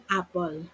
apple